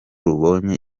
rubonye